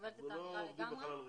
אנחנו לא עובדים בחלל ריק.